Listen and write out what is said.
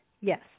Yes